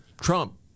Trump